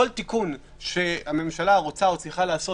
כל תיקון שהממשלה רוצה או צריכה לעשות